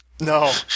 No